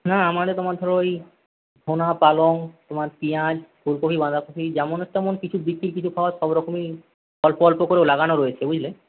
না আমাদের তোমার ধরো ওই ধনা পালং তোমার পিঁয়াজ ফুলকপি বাঁধাকপি যেমন তেমন কিছু বিক্রি টিক্রি হওয়ার সবরকমই অল্প অল্প করেও লাগানো রয়েছে বুঝলে